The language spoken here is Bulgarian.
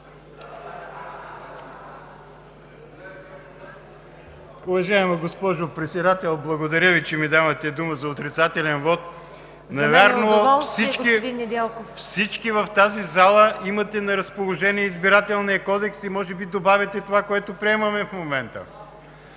Уважаема госпожо Председател, благодаря Ви, че ми давате думата за отрицателен вот. Навярно всички в тази зала имате на разположение Избирателния кодекс и може би добавяте това, което приемаме в момента.